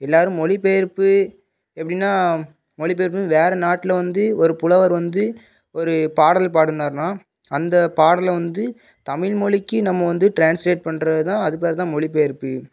எல்லாரும் மொழிபெயர்ப்பு எப்படின்னா மொழிபெயர்ப்புனு வேறு நாட்டில் வந்து ஒரு புலவர் வந்து ஒரு பாடல் பாடினாருனா அந்த பாடலை வந்து தமில்மொழிக்கி நம்ம வந்து ட்ரான்ஸ்லேட் பண்ணுறது தான் அது பேர் தான் மொழிபெயர்ப்பு